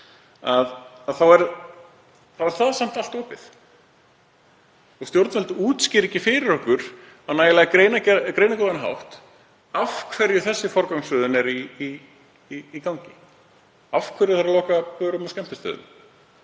þá er samt allt opið og stjórnvöld útskýra ekki fyrir okkur á nægilega greinargóðan hátt af hverju þessi forgangsröðun er í gangi. Af hverju þarf að loka börum og skemmtistöðum?